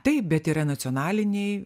taip bet yra nacionaliniai